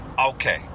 okay